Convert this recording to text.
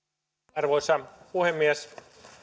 arvoisa puhemies